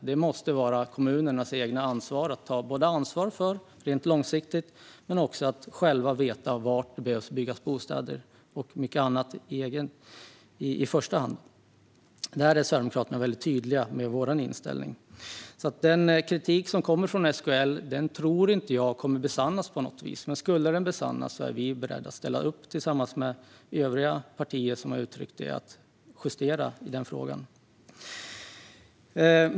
Det måste vara kommunernas eget ansvar långsiktigt att själva veta var det behöver byggas bostäder och annat. Här är vi sverigedemokrater väldigt tydliga i vår inställning. Farhågorna från SKL tror jag inte kommer att besannas, men om de skulle besannas är vi beredda att ställa upp tillsammans med övriga partier och justera förslaget.